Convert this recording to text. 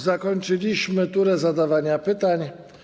Zakończyliśmy turę zadawania pytań.